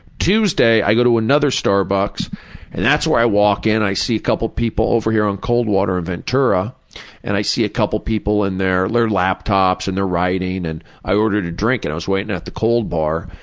tuesday i go to another starbucks and that's where i walk in, i see a couple of people over here on coldwater and ventura and i see couple people in there, with their laptops and they're writing, and i ordered a drink and i was waiting at the cold bar,